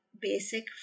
basic